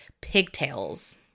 pigtails